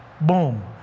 boom